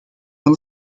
van